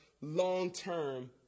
long-term